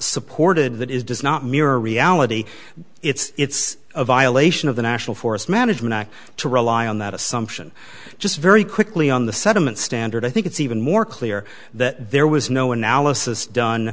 supported that is does not mirror reality it's a violation of the national forest management act to rely on that assumption just very quickly on the settlement standard i think it's even more clear that there was no analysis done